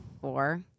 four